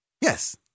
Yes